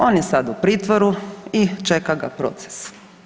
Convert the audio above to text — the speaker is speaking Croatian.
On je sad u pritvoru i čeka ga proces.